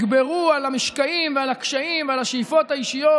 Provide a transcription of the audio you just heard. יגברו על המשקעים ועל הקשיים ועל השאיפות האישיות